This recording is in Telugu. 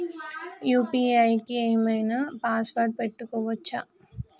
యూ.పీ.ఐ కి ఏం ఐనా పాస్వర్డ్ పెట్టుకోవచ్చా?